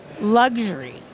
luxury